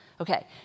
Okay